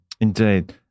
Indeed